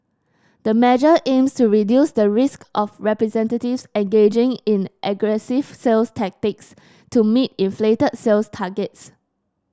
the measure aims to reduce the risk of representatives engaging in aggressive sales tactics to meet inflated sales targets